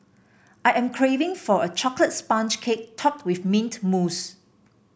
I am craving for a chocolate sponge cake topped with mint mousse